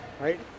right